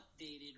updated